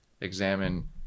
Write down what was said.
examine